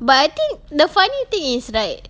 but I think the funny thing is right